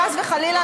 חס וחלילה,